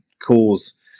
cause